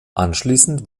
anschließend